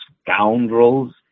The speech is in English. scoundrels